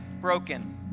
broken